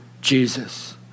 Jesus